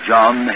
John